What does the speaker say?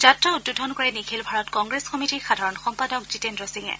যাত্ৰা উদ্বোধন কৰে নিখিল ভাৰত কংগ্ৰেছ কমিটীৰ সাধাৰণ সম্পাদক জীতেন্দ্ৰ সিঙে